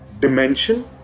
dimension